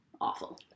awful